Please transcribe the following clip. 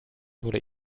wurde